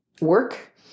work